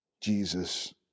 jesus